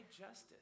justice